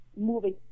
Moving